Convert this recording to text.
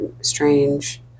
strange